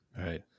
right